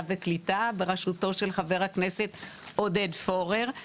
והקליטה בראשותו של חבר הכנסת עודד פורר.